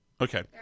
Okay